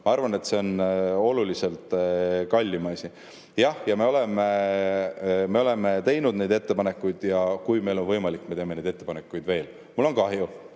Ma arvan, et see on oluliselt kallim asi. Jah, me oleme teinud neid ettepanekuid ja kui meil on võimalik, me teeme neid ettepanekuid veel. Mul on kahju.